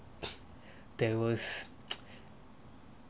there was